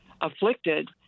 afflicted